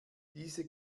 diese